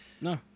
no